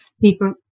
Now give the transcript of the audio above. people